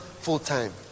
full-time